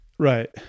Right